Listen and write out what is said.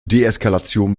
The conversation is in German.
deeskalation